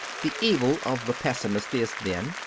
the evil of the pessimist is, then,